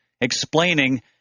explaining